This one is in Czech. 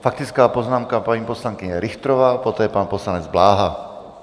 Faktická poznámka paní poslankyně Richterová, poté pan poslanec Bláha.